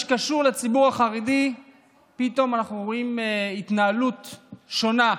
שקשור לציבור החרדי פתאום אנחנו רואים התנהלות שונה,